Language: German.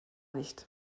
nicht